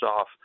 off